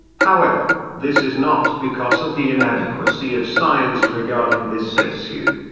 however, this is not because of the inadequacy of science regarding this issue.